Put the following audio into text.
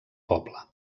poble